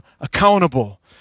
accountable